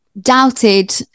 doubted